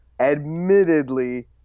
admittedly